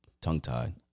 tongue-tied